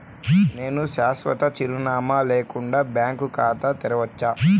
నేను శాశ్వత చిరునామా లేకుండా బ్యాంక్ ఖాతా తెరవచ్చా?